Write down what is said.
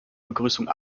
begrüßung